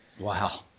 Wow